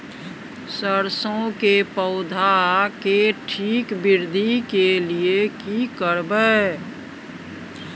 सरसो के पौधा के ठीक वृद्धि के लिये की करबै?